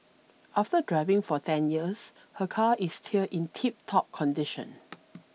after driving for ten years her car is still in tiptop condition